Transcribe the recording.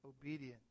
obedience